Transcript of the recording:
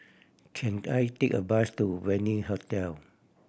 can I take a bus to Venue Hotel